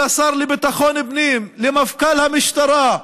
אל השר לביטחון פנים, למפכ"ל המשטרה,